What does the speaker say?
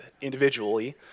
individually